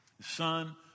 son